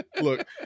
look